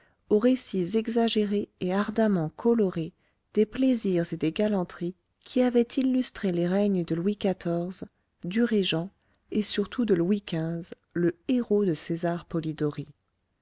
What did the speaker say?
aux récits exagérés et ardemment colorés des plaisirs et des galanteries qui avaient illustré les règnes de louis xiv du régent et surtout de louis xv le héros de césar polidori